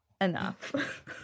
enough